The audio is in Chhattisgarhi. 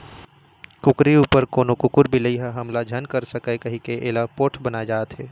कुकरी उपर कोनो कुकुर, बिलई ह हमला झन कर सकय कहिके एला पोठ बनाए जाथे